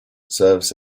serves